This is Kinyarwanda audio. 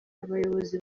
abayobozi